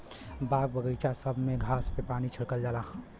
बाग बगइचा सब में घास पे पानी छिड़कल जाला